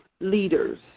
leaders